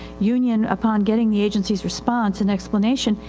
union upon getting the agencyis response, an explanation,